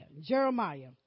Jeremiah